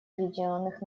объединенных